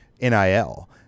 NIL